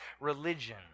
religion